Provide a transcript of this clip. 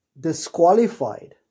disqualified